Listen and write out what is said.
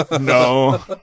No